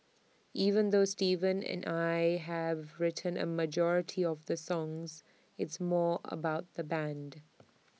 even though Steven and I have written A majority of the songs it's more about the Band